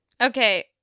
Okay